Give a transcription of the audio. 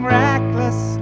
reckless